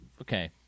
okay